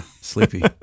sleepy